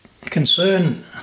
concern